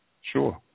Sure